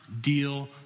deal